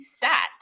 sat